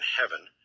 heaven